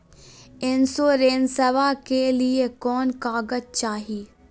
इंसोरेंसबा के लिए कौन कागज चाही?